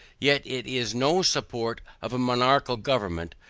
yet it is no support of monarchical government,